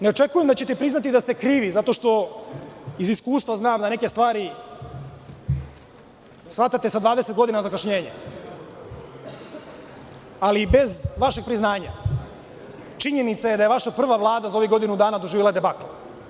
Ne očekujem da ćete priznati da ste krivi, zato što iz iskustva znam da neke stvari shvatate sa 20 godina zakašnjenja, ali i bez vašeg priznanja, činjenica je da je vaša prva Vlada za ovih godinu dana doživela debakl.